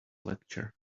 lecture